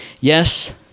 yes